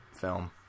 film